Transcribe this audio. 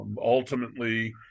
Ultimately